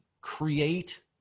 create